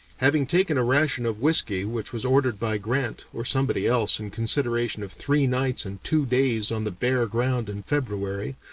having taken a ration of whiskey which was ordered by grant or somebody else in consideration of three nights and two days on the bare ground in february,